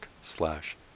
slash